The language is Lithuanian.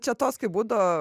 čia tos kaip būdavo